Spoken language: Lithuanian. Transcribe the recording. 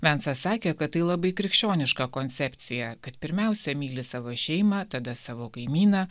vensas sakė kad tai labai krikščioniška koncepcija kad pirmiausia myli savo šeimą tada savo kaimyną